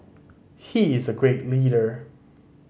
he is a great leader